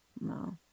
No